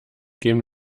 gehen